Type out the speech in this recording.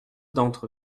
d’entre